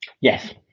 Yes